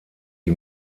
die